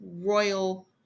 royal